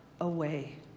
away